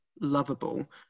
lovable